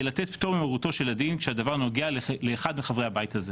לתת פטור ממרותו של הדין כשהדבר נוגע לאחד מחברי הבית הזה?